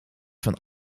van